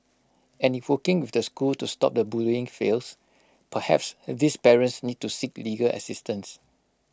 and if working with the school to stop the bullying fails perhaps these parents need to seek legal assistance